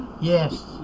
Yes